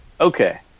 Okay